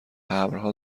ابرها